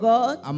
God